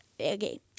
okay